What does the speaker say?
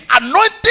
anointing